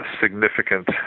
significant